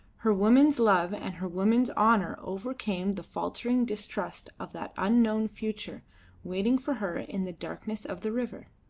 her woman's love and her woman's honour overcame the faltering distrust of that unknown future waiting for her in the darkness of the river.